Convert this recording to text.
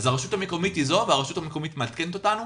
הרשות המקומית מעדכנת אותנו,